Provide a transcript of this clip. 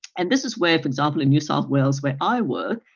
and this is where, for example, in new south wales where i work,